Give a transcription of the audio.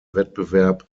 wettbewerb